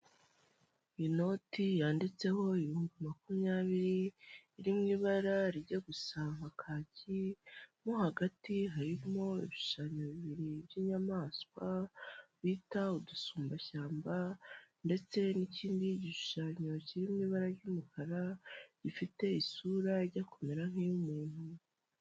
Inoti yanditseho ibihumbi makumyabiri iri mu ibara rijya gusa nka kaki mo hagati harimo ibishushanyo bibiri by'inyamaswa bita udusumbashyamba ndetse n'ikindi gishushanyo kiri mu ibara ry'umukara gifite isura ijya kumera nk'iy'umuntu.